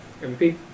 MVP